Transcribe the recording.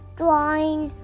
drawing